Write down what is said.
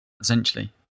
essentially